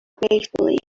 gratefully